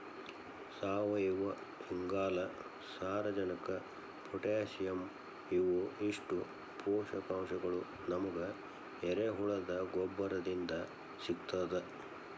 ಸಾವಯುವಇಂಗಾಲ, ಸಾರಜನಕ ಪೊಟ್ಯಾಸಿಯಂ ಇವು ಇಷ್ಟು ಪೋಷಕಾಂಶಗಳು ನಮಗ ಎರೆಹುಳದ ಗೊಬ್ಬರದಿಂದ ಸಿಗ್ತದ